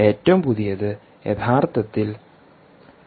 ഏറ്റവും പുതിയത് യഥാർത്ഥത്തിൽ 5